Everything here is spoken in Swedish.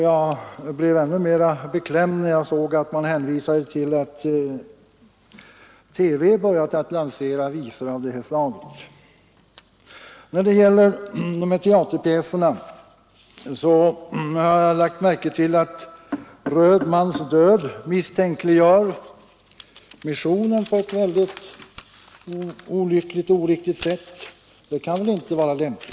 Jag blev ännu mera beklämd när jag såg att man hänvisat till att TV börjat lansera visor av det här slaget. När det gäller dessa teaterpjäser har jag lagt märke till att Röd mans död — vit mans bröd misstänkliggör motionen på ett olyckligt och oriktigt sätt. Det kan väl inte vara lämpligt!